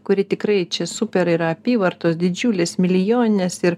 kuri tikrai čia super yra apyvartos didžiulės milijoninės ir